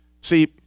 See